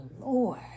Lord